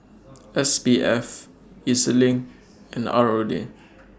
S B F E Z LINK and R O D